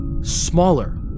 smaller